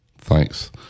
Thanks